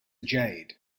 jade